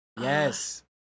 Yes